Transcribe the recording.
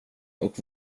och